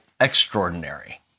extraordinary